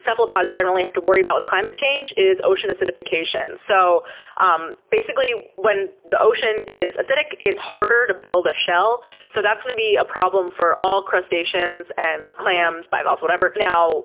cephalopods generally have to worry about with climate change is ocean acidification. so um basically, when the ocean is acidic, it's harder to build a shell, so that's going to be a problem for all crustaceans and clams, bivalves, whatever. now,